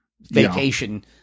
Vacation